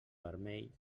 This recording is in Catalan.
vermell